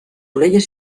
orelles